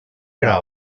gra